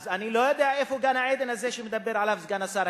אז אני לא יודע איפה גן-עדן הזה שמדבר עליו סגן השר.